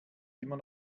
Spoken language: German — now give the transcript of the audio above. immer